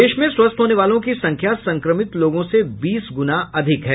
देश में स्वस्थ होने वालों की संख्या संक्रमित लोगों से बीस गुना अधिक है